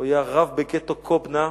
הוא היה רב בגטו קובנה,